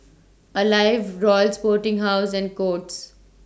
Alive Royal Sporting House and Courts